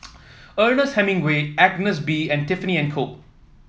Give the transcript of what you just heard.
Ernest Hemingway Agnes B and Tiffany And Co